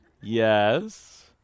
Yes